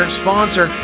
sponsor